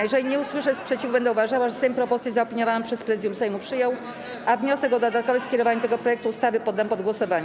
Jeżeli nie usłyszę sprzeciwu, będę uważała, że Sejm propozycję zaopiniowaną przez Prezydium Sejmu przyjął, a wniosek o dodatkowe skierowanie tego projektu ustawy poddam pod głosowanie.